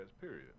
period